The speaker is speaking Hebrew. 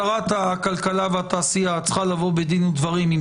שרת הכלכלה והתעשייה צריכה לבוא בדין ודברים עם